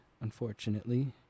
unfortunately